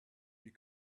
you